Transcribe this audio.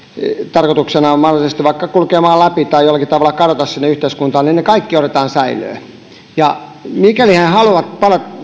tarkoituksenaan mahdollisesti vaikka vain kulkea läpi tai jollakin tavalla kadota sinne yhteiskuntaan otetaan säilöön ja mikäli he haluavat